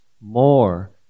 more